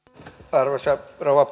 arvoisa rouva